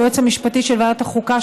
היועץ המשפטי של ועדת החוקה,